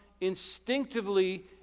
instinctively